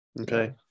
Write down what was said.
Okay